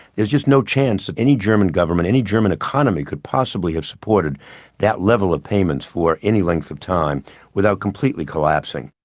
there's just no chance that any german government, any german economy could possibly have supported that level of payments for any length of time without completely collapsing.